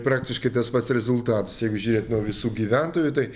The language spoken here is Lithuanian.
praktiškai tas pats rezultatas jeigu žiūrėt nuo visų gyventojų tai